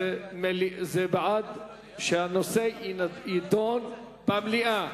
זה בעד שהנושא יידון במליאה.